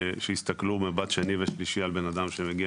יסתכלו במבט שני ושלישי על בן אדם שמגיע